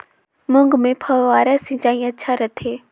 मूंग मे फव्वारा सिंचाई अच्छा रथे?